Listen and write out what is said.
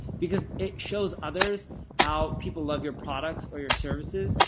because it shows others how people love your products or your services,